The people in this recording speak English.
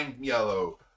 yellow